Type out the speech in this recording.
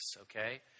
okay